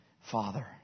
Father